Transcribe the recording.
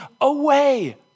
away